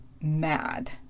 mad